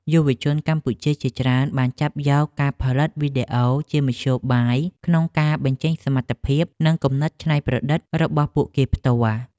យុវជនកម្ពុជាជាច្រើនបានចាប់យកការផលិតវីដេអូជាមធ្យោបាយក្នុងការបញ្ចេញសមត្ថភាព និងគំនិតច្នៃប្រឌិតរបស់ពួកគេផ្ទាល់។